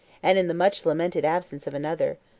and in the much-lamented absence of another.